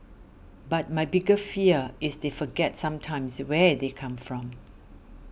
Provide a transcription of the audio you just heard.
but my bigger fear is they forgets sometimes where they come from